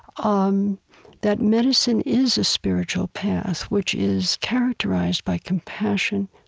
um that medicine is a spiritual path, which is characterized by compassion,